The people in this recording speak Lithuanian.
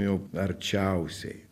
jau arčiausiai